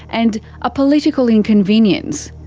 and a political inconvenience.